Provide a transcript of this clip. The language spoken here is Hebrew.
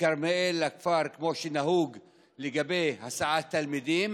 מכרמיאל לכפר, כמו שנהוג לגבי הסעת תלמידים,